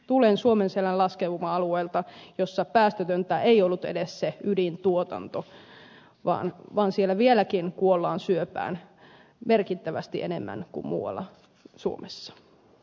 tulen suomenselän laskeuma alueelta jossa päästötöntä ei ollut edes se ydintuotanto vaan siellä vieläkin kuollaan syöpään merkittävästi enemmän kuin muualla suomessa